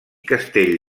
castell